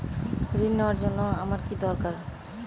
ঋণ নেওয়ার জন্য আমার কী দরকার?